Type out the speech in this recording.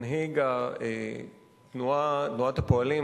מנהיג תנועת הפועלים,